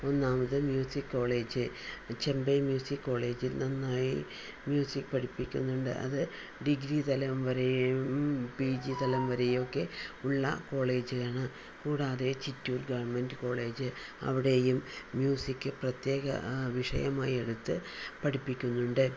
ഒന്നാമത് music college Chembai music കോളേജിൽ നന്നായി മ്യൂസിക് പഠിപ്പിക്കുന്നുണ്ട് അത് ഡിഗ്രി തലം വരെയും പി ജി തലം വരെയൊക്കെ ഉള്ള കോളേജാണ് കൂടാതെ ചിറ്റൂർ ഗവണ്മെൻറ്റ് കോളേജ് അവിടെയും മ്യൂസിക് പ്രത്യേക വിഷയമായി എടുത്ത് പഠിപ്പിക്കുന്നുണ്ട്